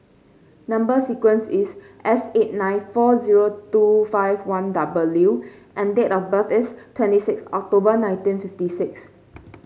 number sequence is S eight nine four zero two five one W and date of birth is twenty six October nineteen fifty six